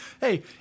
Hey